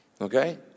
Okay